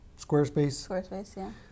Squarespace